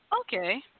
Okay